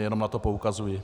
Jenom na to poukazuji.